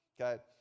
okay